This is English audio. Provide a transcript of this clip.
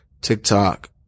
TikTok